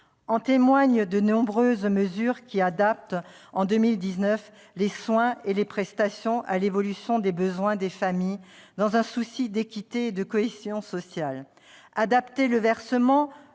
En témoignent les nombreuses mesures qui ajustent en 2019 les soins et les prestations à l'évolution des besoins des familles, dans un souci d'équité et de cohésion sociale. Adapter le versement